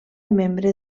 membre